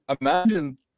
imagine